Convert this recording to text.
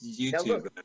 YouTube